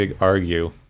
argue